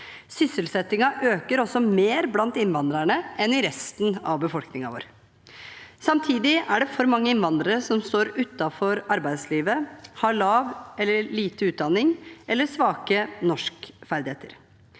Sysselsettingen øker også mer blant innvandrerne enn i resten av befolkningen vår. Samtidig er det for mange innvandrere som står utenfor arbeidslivet, har lav eller lite utdanning eller svake norskferdigheter.